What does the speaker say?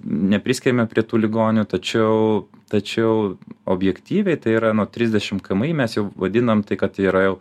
nepriskiriame prie tų ligonių tačiau tačiau objektyviai tai yra nuo trisdešim kmi mes jau vadinam tai kad yra jau